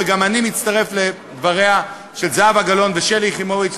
וגם אני מצטרף לדבריהן של זהבה גלאון ושלי יחימוביץ.